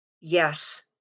Yes